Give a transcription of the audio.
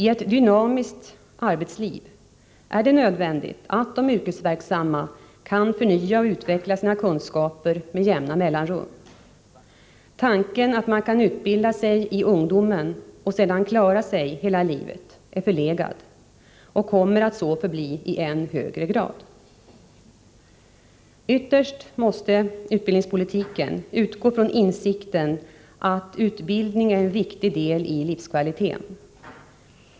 I ett dynamiskt arbetsliv är det nödvändigt att de yrkesverksamma kan förnya och utveckla sina kunskaper med jämna mellanrum. Tanken att man kan utbilda sig i ungdomen och sedan klara sig hela livet är förlegad och kommer att bli så i än högre grad. Ytterst måste utbildningspolitiken utgå från insikten att utbildning är en viktig del i livskvaliteten.